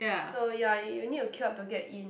so ya you you need to queue up to get in